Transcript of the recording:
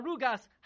Rugas